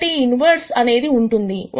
కాబట్టి ఈ ఇన్వెర్స్ అనేది ఉంటుంది